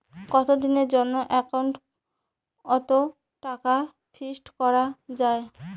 কতদিনের জন্যে একাউন্ট ওত টাকা ফিক্সড করা যায়?